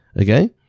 Okay